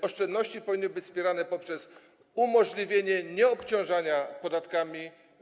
Oszczędności powinny być wspierane poprzez umożliwienie nieobciążania ich podatkami.